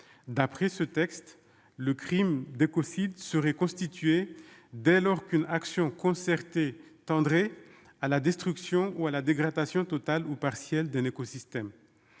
D'après ce texte, le crime d'écocide serait constitué dès lors qu'une action concertée « tendrait » à la destruction ou à la dégradation totale ou partielle d'un écosystème.